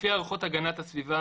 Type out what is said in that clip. לפי הערכות המשרד להגנת הסביבה,